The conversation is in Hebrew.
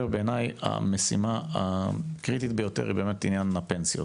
בעיניי המשימה הקריטית ביותר היא עניין הפנסיות